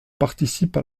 participe